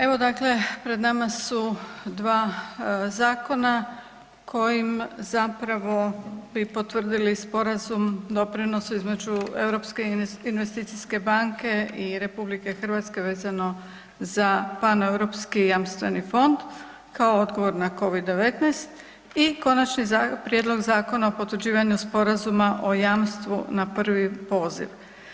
Evo dakle pred nama su dva zakona kojim zapravo bi potvrdili Sporazum doprinosu između Europske investicijske banke i RH vezano za Paneuropski jamstveni fond kao odgovor na COVID-19 i Konačni prijedlog Zakona o potvrđivanju Sporazuma o jamstvu na prvi poziv.